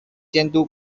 监督